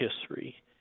history